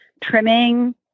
trimming